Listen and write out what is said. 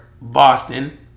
Boston